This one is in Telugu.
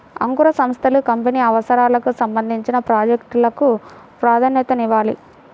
అంకుర సంస్థలు కంపెనీ అవసరాలకు సంబంధించిన ప్రాజెక్ట్ లకు ప్రాధాన్యతనివ్వాలి